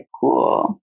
cool